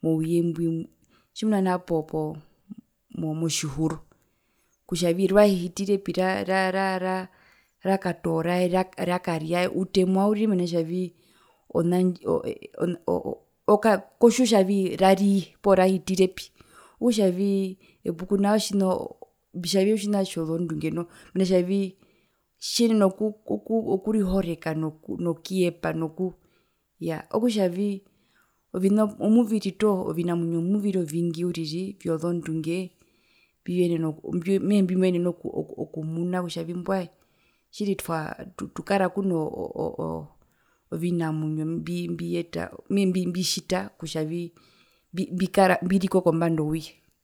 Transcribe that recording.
Mouyembwi tjimuna nao po po motjihuro kutjavii rahitirepi ra ra rakatoora ae rakaria ae utemwa uriri mena rokutjavii ona ndji o oo oo kotjiwa kutjavii ra rariye poo rahitirepi epuku nao otjina oo mbitjavii otjina tjozondunge noho mena rokutjavii tjiyenena okurihoreka nokuyepa no, okutjavii ovina opuviri toho, ovinamwinyo omuviri ovingi uriri vyozondunge mbiyenena mehee mbimoyenene okumuna kutjavii mbwae tjiri tukara kuno vinamwinyo oo oo mehee mbiyeta mehee mbitjita kutjavii mbikara mbriko kombanda ouye.